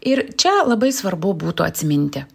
ir čia labai svarbu būtų atsiminti